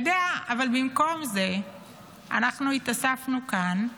במקום זה התאספנו כאן כדי,